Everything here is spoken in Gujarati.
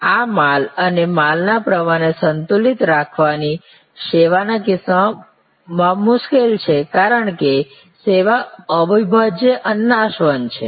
આ માલ અને માલ ના પ્રવાહ ને સંતુલિત રાખવા ની સેવાના કિસ્સામાં મુશ્કેલ છે કારણ કે સેવા અવિભાજ્ય અને નસવંત છે